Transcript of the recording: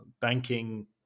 banking